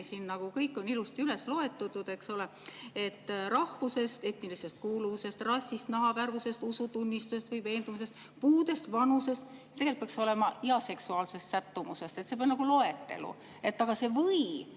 siin, kõik on ilusti üles loetud, eks ole, et rahvusest, etnilisest kuuluvusest, rassist, nahavärvusest, usutunnistusest või veendumustest, puudest, vanusest. Tegelikult peaks edasi olema "ja seksuaalsest sättumusest", see on nagu loetelu. Aga see "või"